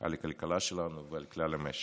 על הכלכלה שלנו ועל כלל המשק.